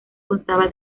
constaba